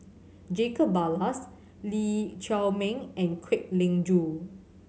Jacob Ballas Lee Chiaw Meng and Kwek Leng Joo